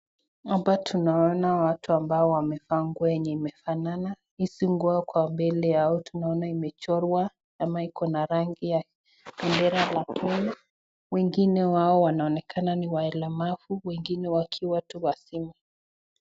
Hapa tunaona watu ambao wamevaa nguo yenye inafanana, hizi nguo kwa mbele yao tunaona imechorwa ama iko na rangi la bendera la kenya, wengine wao wanaonekana ni walemavu, wengine wakiwa tu wazima.